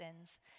sins